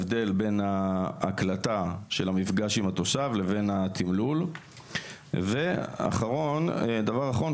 הבדל בין ההקלטה של המפגש עם התושב לבין התמלול ודבר האחרון,